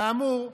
כאמור,